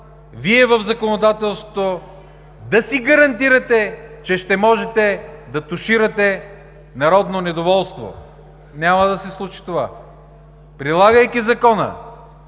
Вие в законодателството да си гарантирате, че ще можете да туширате народното недоволство. Няма да се случи това! Прилагайки Закона,